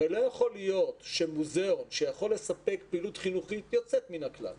הרי לא יכול להיות שמוזיאון שיכול לספק תוכנית חינוכית יוצאת מהכלל